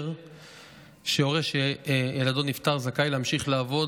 החוק אומר שהורה שילדו נפטר זכאי להמשיך לעבוד